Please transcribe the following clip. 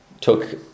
took